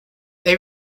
they